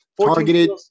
Targeted